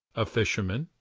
a fisherman,